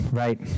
right